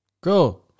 Go